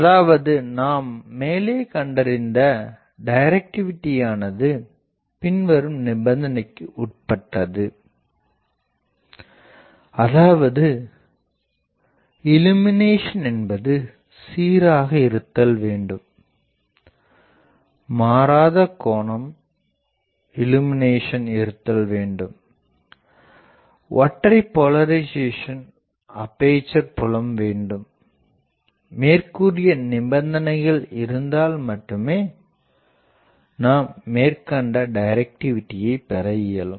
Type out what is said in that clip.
அதாவது நாம் மேலே கண்டறிந்த டைரக்டிவிடியானது பின்வரும் நிபந்தனைகளுக்கு உட்பட்டது அதாவது இள்ளுமினேசன் என்பது சீராக இருத்தல் வேண்டும் மாறாத கோண இள்ளுமினேசன் இருத்தல் வேண்டும் ஒற்றை போலரிசேசன் அப்பேசர் புலம் வேண்டும் மேற்கூறிய நிபந்தனைகள் இருந்தால் மட்டுமே நாம் மேற்கண்ட டைரக்டிவிடியை பெற இயலும்